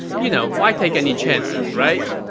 you know, why take any chances, right?